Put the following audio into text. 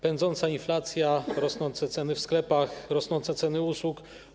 Pędząca inflacja, rosnące ceny w sklepach, rosnące ceny usług.